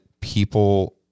people